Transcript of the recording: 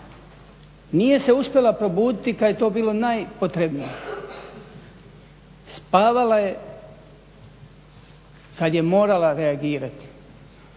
Nije se uspjela probuditi kad je to bilo najpotrebnije. Spavala je kad je morala reagirati.